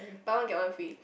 buy one get one free